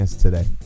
today